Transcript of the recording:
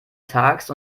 tags